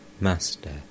Master